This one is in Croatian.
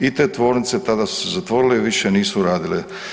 I te tvornice tada su se zatvorile i više nisu radile.